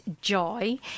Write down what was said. joy